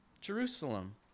Jerusalem